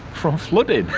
from flooding.